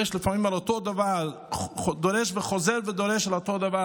חס וחלילה,